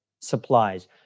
supplies